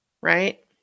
Right